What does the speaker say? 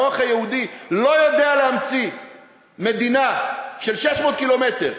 המוח היהודי לא יודע להמציא מדינה של 600 קילומטר,